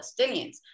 Palestinians